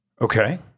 Okay